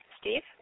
Steve